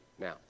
now